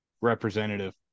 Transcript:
representative